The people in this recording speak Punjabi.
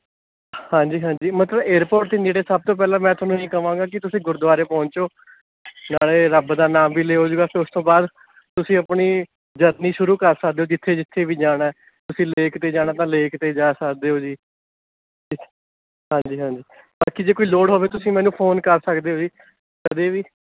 ਹਾਂਜੀ ਹਾਂਜੀ ਮਤਲਬ ਏਅਰਪੋਰਟ ਦੇ ਨੇੜੇ ਸਭ ਤੋਂ ਪਹਿਲਾਂ ਮੈਂ ਤੁਹਾਨੂੰ ਇਹੀ ਕਹਾਂਗਾ ਕਿ ਤੁਸੀਂ ਗੁਰਦੁਆਰੇ ਪਹੁੰਚੋ ਨਾਲੇ ਰੱਬ ਦਾ ਨਾਮ ਵੀ ਲੈ ਹੋ ਜੂਗਾ ਅਤੇ ਉਸ ਤੋਂ ਬਾਅਦ ਤੁਸੀਂ ਆਪਣੀ ਜਰਨੀ ਸ਼ੁਰੂ ਕਰ ਸਕਦੇ ਹੋ ਜਿੱਥੇ ਜਿੱਥੇ ਵੀ ਜਾਣਾ ਤੁਸੀਂ ਲੇਕ 'ਤੇ ਜਾਣਾ ਤਾਂ ਲੇਕ 'ਤੇ ਜਾ ਸਕਦੇ ਹੋ ਜੀ ਹਾਂਜੀ ਹਾਂਜੀ ਬਾਕੀ ਜੇ ਕੋਈ ਲੋੜ ਹੋਵੇ ਤੁਸੀਂ ਮੈਨੂੰ ਫ਼ੋਨ ਕਰ ਸਕਦੇ ਹੋ ਜੀ ਕਦੇ ਵੀ